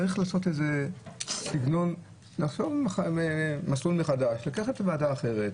צריך לעשות איזה חישוב מסלול מחדש ועדה אחרת,